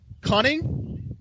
cunning